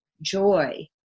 joy